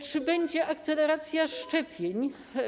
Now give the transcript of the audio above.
Czy będzie akceleracja szczepień?